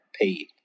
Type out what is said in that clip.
paid